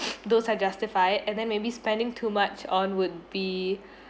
those are justified and then maybe spending too much on would be